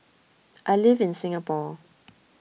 I live in Singapore